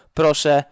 proszę